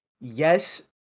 yes